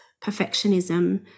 perfectionism